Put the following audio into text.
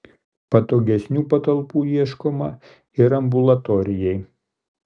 patogesnių patalpų ieškoma ir ambulatorijai